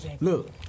look